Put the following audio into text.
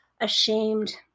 ashamed